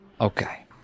Okay